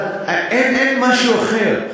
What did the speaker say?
אבל אין משהו אחר.